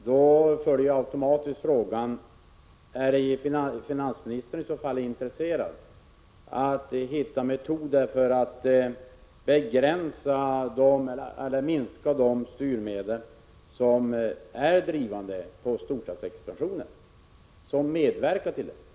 Då följer automatiskt frågan: Är finansministern i så fall intresserad av att försöka finna metoder att begränsa eller minska de faktorer som är pådrivande när det gäller storstadsexpansionen?